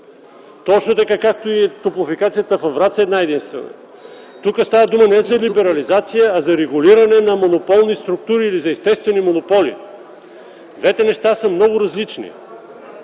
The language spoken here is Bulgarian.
Точно както и топлофикацията във Враца е една-единствена. Тук става дума не за либерализация, а за регулиране на монополни структури или за естествени монополи. Двете неща са много различни